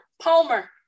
Palmer